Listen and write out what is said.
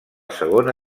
segona